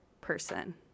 person